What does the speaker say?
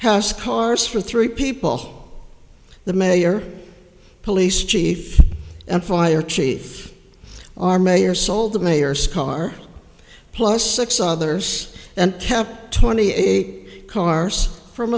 house cars for three people the mayor police chief and fire chief our mayor sold the mayor scar plus six others and kept twenty eight cars from